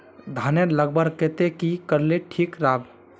धानेर लगवार केते की करले ठीक राब?